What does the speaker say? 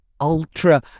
ultra